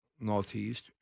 Northeast